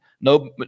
No